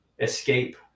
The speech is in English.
escape